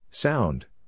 Sound